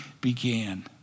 began